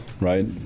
right